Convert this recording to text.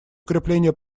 укрепления